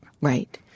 Right